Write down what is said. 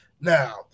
Now